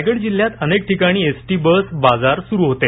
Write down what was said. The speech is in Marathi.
रायगड जिल्ह्यात अनेक ठिकाणी एसटी बस बाजार सुरू होते